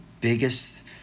biggest